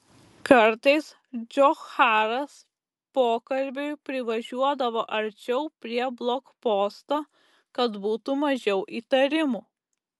kartais džocharas pokalbiui privažiuodavo arčiau prie blokposto kad būtų mažiau įtarimų